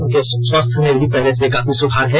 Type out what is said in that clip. उनके स्वास्थ्य में भी पहले से काफी सुधार है